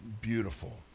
beautiful